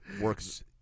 Works